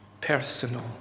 personal